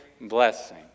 blessing